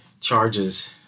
charges